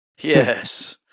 Yes